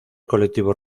colectivos